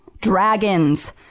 Dragons